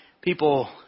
people